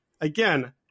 again